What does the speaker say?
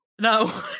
No